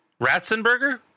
Ratzenberger